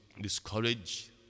discourage